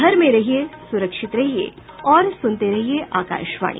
घर में रहिये सुरक्षित रहिये और सुनते रहिये आकाशवाणी